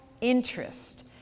interest